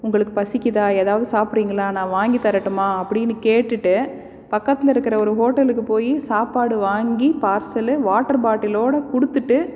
உங்களுக்கு பசிக்குதா ஏதாவது சாப்பிட்றீங்களா நான் வாங்கித்தரட்டுமா அப்படினு கேட்டுவிட்டு பக்கத்தில் இருக்கிற ஒரு ஹோட்டலுக்கு போய் சாப்பாடு வாங்கி பார்சலு வாட்டர் பாட்டிலோட கொடுத்துட்டு